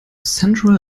central